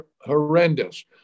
horrendous